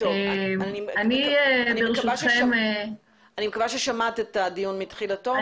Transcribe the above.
אני מקווה ששמעת את הדיון מתחילתו.